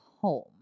home